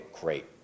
great